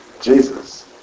Jesus